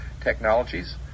technologies